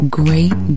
great